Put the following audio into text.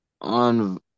On